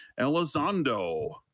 Elizondo